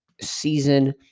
season